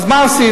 אז מה עשינו?